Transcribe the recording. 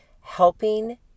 helping